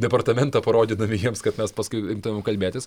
departamentą parodydami jiems kad mes paskui imtume kalbėtis